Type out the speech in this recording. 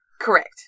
Correct